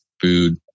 food